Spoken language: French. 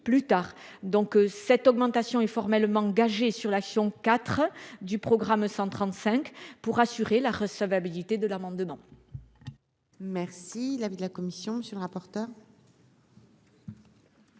plus tard donc, cette augmentation est formellement engager sur l'action 4 du programme 135 pour assurer la recevabilité de l'amende dedans. Merci l'avis de la commission, monsieur le rapporteur.